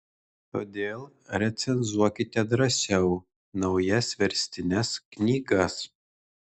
todėl recenzuokite drąsiau naujas verstines knygas